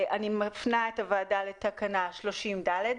אני מפנה את הוועדה לתקנה 30(ד)